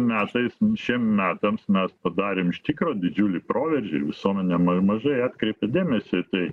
metais šiem metams mes padarėm iš tikro didžiulį proveržį ir visuomenė ma mažai atkreipia dėmesį į tai